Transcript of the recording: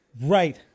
Right